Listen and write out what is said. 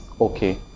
okay